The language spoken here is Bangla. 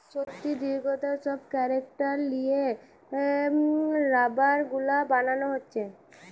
শক্তি, দৃঢ়তা সব ক্যারেক্টার লিয়ে রাবার গুলা বানানা হচ্ছে